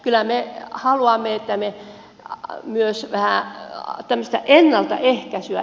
kyllä me haluamme myös tämmöistä ennaltaehkäisyä